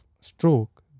stroke